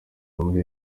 muri